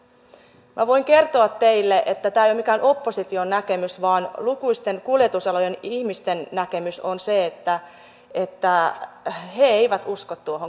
minä voin kertoa teille että tämä ei ole mikään opposition näkemys vaan lukuisten kuljetusalojen ihmisten näkemys on se että he eivät usko tuohon kauniiseen ajatukseen